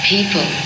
People